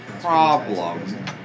problem